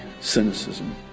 cynicism